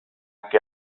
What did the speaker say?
que